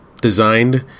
designed